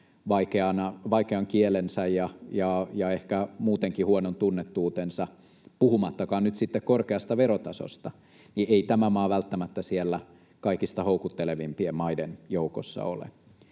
vaikeine kielineen ja ehkä muutenkin huonosti tunnettuna, puhumattakaan nyt sitten korkeasta verotasosta, siellä kaikista houkuttelevimpien maiden joukossa ole.